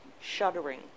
shuddering